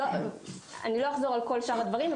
אני לא אחזור על שאר הדברים.